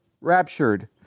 raptured